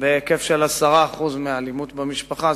בהיקף של 10% מהאלימות במשפחה.